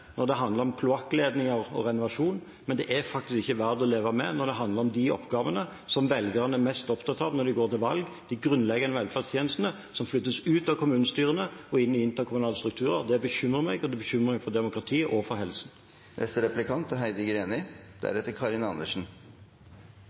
når det handler om kloakkledninger og renovasjon, men det er faktisk ikke verdt å leve med når det handler om de oppgavene som velgerne er mest opptatt av når de går til valg, de grunnleggende velferdstjenestene, som flyttes ut av kommunestyrene og inn i interkommunale strukturer. Det bekymrer meg, og det er en bekymring for demokratiet og for helsen.